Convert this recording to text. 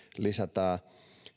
lisätään